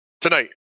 Tonight